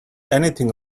anything